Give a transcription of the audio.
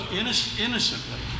innocently